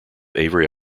avery